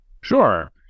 Sure